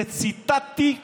ציטטתי אותך,